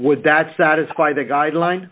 would that satisfy the guideline